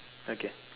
okay